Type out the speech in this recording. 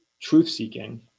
truth-seeking